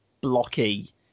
blocky